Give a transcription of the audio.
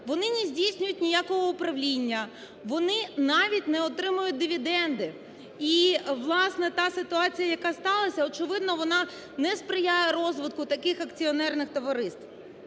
Вони не здійснюють ніякого управління, вони навіть не отримують дивіденди. І, власне, та ситуація, яка сталася, очевидно, вона не сприяє розвитку таких акціонерних товариств.